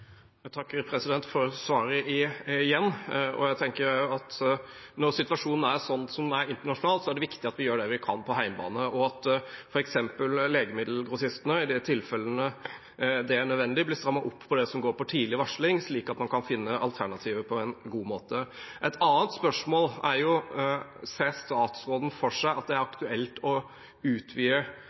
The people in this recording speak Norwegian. for svaret, igjen. Jeg tenker at når situasjonen er som den er internasjonalt, er det viktig at vi gjør det vi kan på hjemmebane, og at f.eks. legemiddelgrossistene, i de tilfellene der det er nødvendig, blir strammet opp på det som går på tidlig varsling, slik at man kan finne alternativer på en god måte. Et annet spørsmål er: Ser statsråden for seg at det er aktuelt å utvide